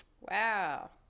wow